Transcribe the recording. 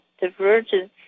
divergence